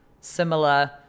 similar